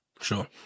Sure